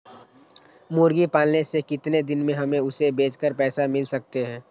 मुर्गी पालने से कितने दिन में हमें उसे बेचकर पैसे मिल सकते हैं?